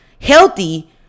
healthy